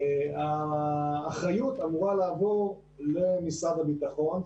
האחריות אמורה לעבור למשרד הביטחון.